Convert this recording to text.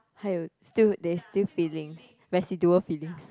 还有 still there is still feelings residual feelings